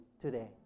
today